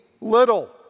little